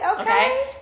okay